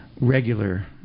Regular